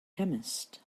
chemist